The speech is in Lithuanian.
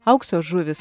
aukso žuvys